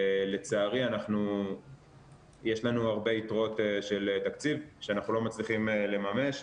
לצערי יש לנו הרבה יתרות של תקציב שאנחנו לא מצליחים לממש,